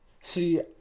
See